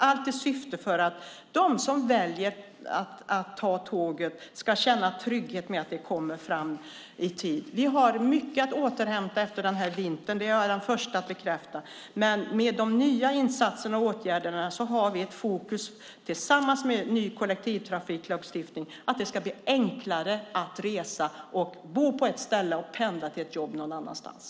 Allt sker i syfte att de som väljer att ta tåget ska känna trygghet i att tåget kommer fram i tid. Vi har mycket att återhämta efter den här vintern - det är jag den första att bekräfta. Med de nya insatserna och åtgärderna har vi ett fokus tillsammans med ny kollektivtrafiklagstiftning att det ska bli enklare att resa, det vill säga bo på ett ställe och pendla till ett jobb någon annanstans.